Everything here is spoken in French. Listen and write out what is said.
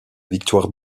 victoire